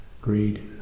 greed